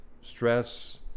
Stress